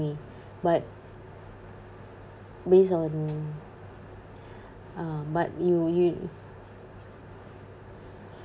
me but based on uh but you you